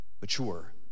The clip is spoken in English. mature